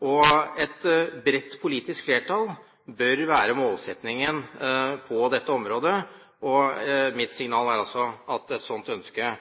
Et bredt politisk flertall bør være målsettingen på dette området, og mitt signal er altså at et slikt ønske